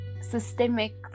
Systemic